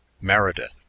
Meredith